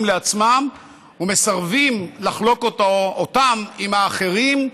לעצמם ומסרבים לחלוק אותם עם האחרים,